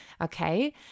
Okay